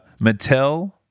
mattel